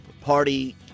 party